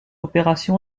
opération